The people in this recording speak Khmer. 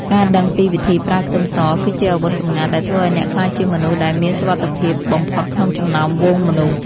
ការដឹងពីវិធីប្រើខ្ទឹមសគឺជាអាវុធសម្ងាត់ដែលធ្វើឱ្យអ្នកក្លាយជាមនុស្សដែលមានសុវត្ថិភាពបំផុតក្នុងចំណោមហ្វូងមនុស្ស។